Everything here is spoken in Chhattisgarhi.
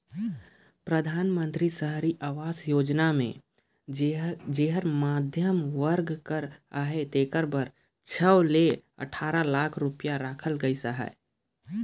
परधानमंतरी सहरी आवास योजना मे जेहर मध्यम वर्ग कर अहे तेकर बर छव ले अठारा लाख रूपिया राखल गइस अहे